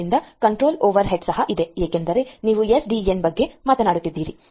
ಆದ್ದರಿಂದ control overhead ಸಹ ಇದೆ ಏಕೆಂದರೆ ನೀವು ಎಸ್ ಡಿ ಎನ್ ಬಗ್ಗೆ ಮಾತನಾಡುತ್ತಿದ್ದೀರಿ